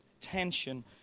tension